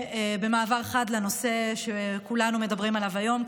ובמעבר חד לנושא שכולנו מדברים עליו היום,